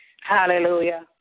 Hallelujah